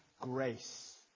grace